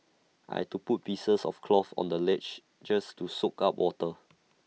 I had to put pieces of cloth on the ledges just to soak up water